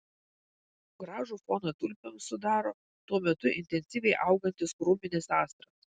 gražų foną tulpėms sudaro tuo metu intensyviai augantis krūminis astras